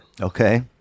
Okay